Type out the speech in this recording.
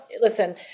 listen